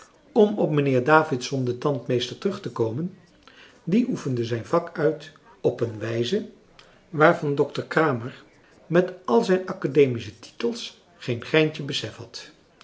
om op meneer davidson den tandmeester terug te komen die oefende zijn vak uit op een wijze waarvan dokter kramer met al zijn academische titels geen greintje besef had